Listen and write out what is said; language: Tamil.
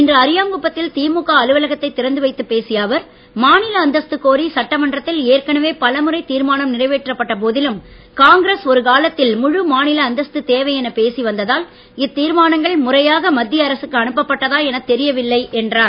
இன்று அரியாங்குப்பத்தில் திமுக அலுவலகத்தை திறந்து வைத்து பேசிய அவர் மாநில அந்தஸ்து கோரி சட்டமன்றத்தில் ஏற்கனவே பலமுறை தீர்மானம் நிறைவேற்றப்பட்ட போதிலும் காங்கிரஸ் ஒரு காலத்தில் முழு மாநில அந்தஸ்து தேவை என பேசி வந்ததால் இத்தீர்மானங்கள் முறையாக மத்திய அரசுக்கு அனுப்பப்பட்டதா எனத் தெரியவில்லை என்றார்